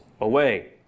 away